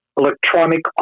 electronic